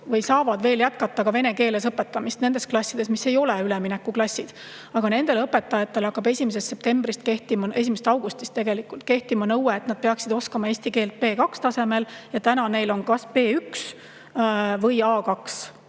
kes saavad veel jätkata ka vene keeles õpetamist nendes klassides, mis ei ole üleminekuklassid. Aga nendele õpetajatele hakkab 1. septembrist või tegelikult 1. augustist kehtima nõue, et nad peaksid oskama eesti keelt B2-tasemel, aga täna neil on kas B1- või